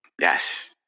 Yes